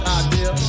idea